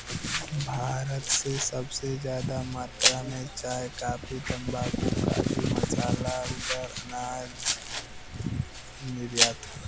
भारत से सबसे जादा मात्रा मे चाय, काफी, तम्बाकू, काजू, मसाला अउर अनाज निर्यात होला